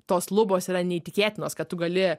tos lubos yra neįtikėtinos kad tu gali